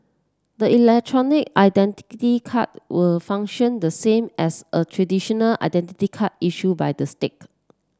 the electronic identity card will function the same as a traditional identity card issued by the state